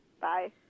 Bye